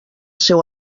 seu